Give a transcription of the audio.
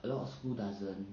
a lot of school doesn't